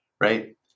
right